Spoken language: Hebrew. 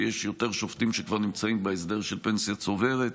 ויש יותר שופטים שכבר נמצאים בהסדר של פנסיה צוברת,